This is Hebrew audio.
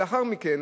לאחר מכן,